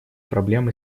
проблем